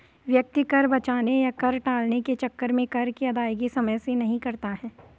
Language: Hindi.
व्यक्ति कर बचाने या कर टालने के चक्कर में कर की अदायगी समय से नहीं करता है